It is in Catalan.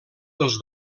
dels